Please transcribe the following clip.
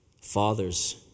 Fathers